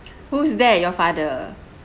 who's that your father